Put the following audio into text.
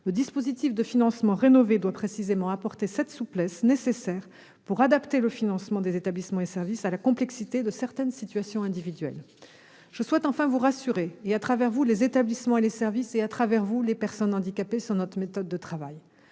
Le dispositif de financement rénové doit précisément apporter la souplesse nécessaire pour adapter le financement des établissements et services à la complexité de certaines situations individuelles. Je souhaite enfin vous rassurer et, à travers vous, les établissements et services, ainsi que les personnes handicapées, sur notre méthode de travail.